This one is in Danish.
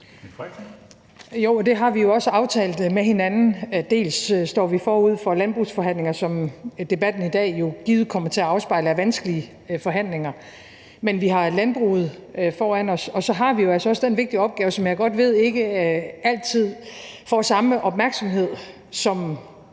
det har vi jo også aftalt med hinanden, og vi står over for landbrugsforhandlinger, som debatten i dag jo givet kommer til at afspejle er vanskelige forhandlinger. Vi har landbrugsforhandlingerne foran os, og så har vi jo altså også den vigtige opgave, som jeg godt ved ikke altid får samme opmærksomhed som